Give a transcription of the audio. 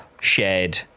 shared